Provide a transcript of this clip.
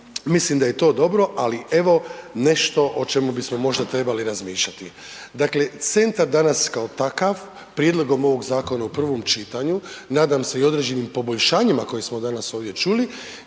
mislim da je to dobro, ali evo nešto o čemu bismo možda trebali razmišljati. Dakle, centar danas kao takav prijedlogom ovog zakona u prvom čitanju, nadam se i određenim poboljšanjima koje smo danas ovdje čuli